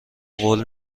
قول